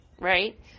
Right